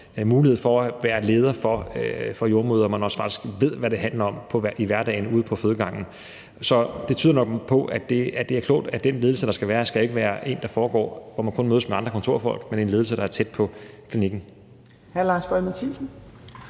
mulighed for at være leder for jordemødre, og man faktisk også ved, hvad det handler om i hverdagen ude på fødegangen. Så det tyder nok på, at det er klogt, at den ledelse, der skal være der, ikke skal være en, hvor det foregår på den måde, at man kun mødes med andre kontorfolk, men en ledelse, der er tæt på klinikken.